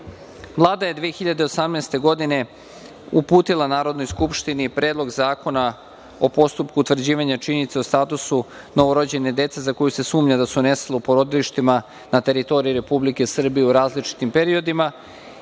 je 2018. godine uputila Narodnoj skupštini Predlog zakona o postupku utvrđivanja činjenica o statusu novorođene dece za koju se sumnja da su nestala u porodilištima na teritoriji Republike Srbije u različitim periodima